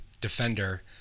defender